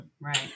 Right